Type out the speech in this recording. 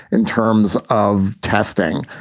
in terms of testing?